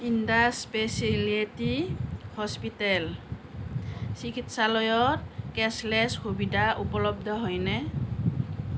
Indus speciality hospital চিকিৎসালয়ত cashless সুবিধা উপলব্ধ হয়নে